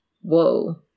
Whoa